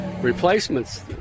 replacements